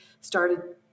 started